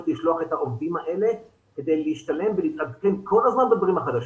לשלוח את העובדים האלה כדי להשתלם ולהתעדכן כל הזמן בדברים החדשים.